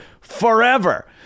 forever